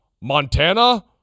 Montana